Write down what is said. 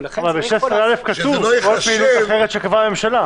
ב-16(א) כתוב: כל פעילות אחרת שקבעה הממשלה.